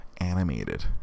Animated